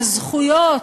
על זכויות,